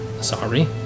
Sorry